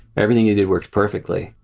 everything he did worked perfectly.